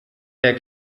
der